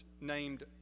named